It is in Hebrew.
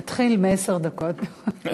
נתחיל מעשר דקות.